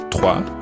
Trois